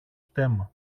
στέμμα